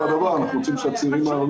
ואותו הדבר אנחנו רוצים שגם הצעירים הערבים,